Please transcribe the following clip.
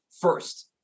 first